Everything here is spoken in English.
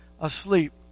asleep